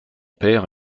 père